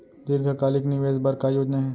दीर्घकालिक निवेश बर का योजना हे?